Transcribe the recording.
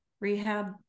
rehab